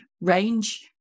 range